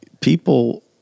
people